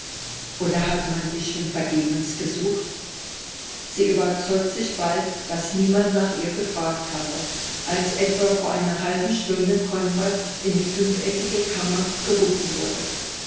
oder hat man sie schon vergebens gesucht sie überzeugt sich bald daß niemand nach ihr gefragt habe als etwa vor einer halben stunde konrad in die fünfeckige kammer gerufen wurde